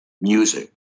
music